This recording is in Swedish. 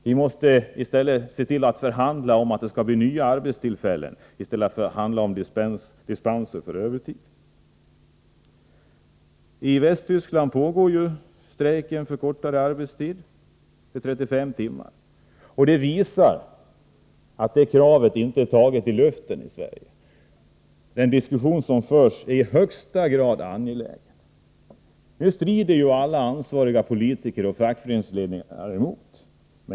Vi måste se till att förhandla om att det skall bli nya arbetstillfällen i stället för att förhandla om dispenser för övertid. I Västtyskland pågår en strejk för kortare arbetstid — 35 timmar. Det visar att detta krav här i Sverige inte är taget ur luften. Den diskussion som förs är i högsta grad angelägen. Nu kämpar nu de flesta politiker och fackföreningsledningar emot.